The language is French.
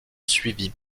suivies